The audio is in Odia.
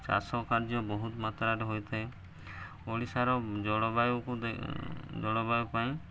ଚାଷ କାର୍ଯ୍ୟ ବହୁତ ମାତ୍ରାରେ ହୋଇଥାଏ ଓଡ଼ିଶାର ଜଳବାୟୁକୁ ଜଳବାୟୁ ପାଇଁ